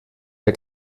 der